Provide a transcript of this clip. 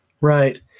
Right